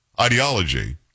ideology